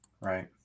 right